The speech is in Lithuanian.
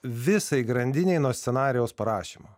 visai grandinei nuo scenarijaus parašymo